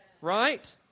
right